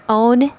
own